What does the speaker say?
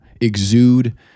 exude